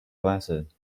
glasses